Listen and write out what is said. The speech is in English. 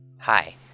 Hi